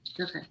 Okay